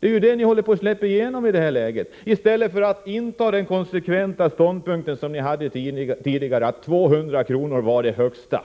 Det är ju det ni håller på att släppa igenom i detta läge, i stället för att inta den konsekventa ståndpunkt som ni hade tidigare, att 200 kr. var det högsta